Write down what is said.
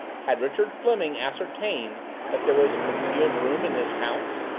had richard fleming ascertained that there was a concealed room in this house?